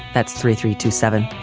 that's three three two seven.